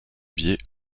biais